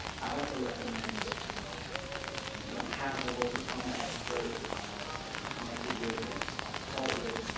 i also recommend you know if you don't have a local trauma expert that you're connected with that you can consult with,